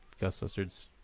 ghostbusters